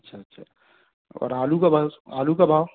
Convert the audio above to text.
अच्छा अच्छा और आलू का भास आलू का भाव